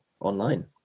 online